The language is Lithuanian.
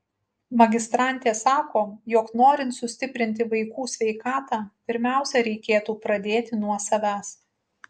magistrantė sako jog norint sustiprinti vaikų sveikatą pirmiausia reikėtų pradėti nuo savęs